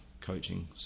coaching